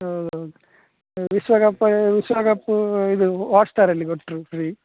ಹೌದ್ ಹೌದ್ ವಿಶ್ವ ಕಪ್ ವಿಶ್ವ ಕಪ್ ಇದು ಹಾಟ್ಸ್ಟಾರಲ್ಲಿ ಕೊಟ್ಟರು ಫ್ರೀ